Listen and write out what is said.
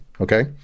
okay